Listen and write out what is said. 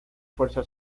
fuerza